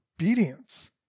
obedience